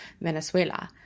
Venezuela